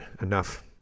enough